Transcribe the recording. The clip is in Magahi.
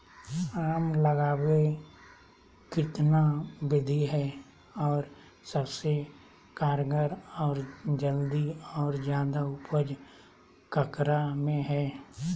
आम लगावे कितना विधि है, और सबसे कारगर और जल्दी और ज्यादा उपज ककरा में है?